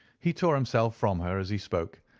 he tore himself from her as he spoke,